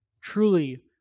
truly